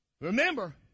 Remember